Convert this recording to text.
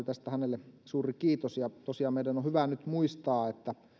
tästä hänelle suuri kiitos tosiaan meidän on hyvä nyt muistaa että